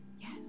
yes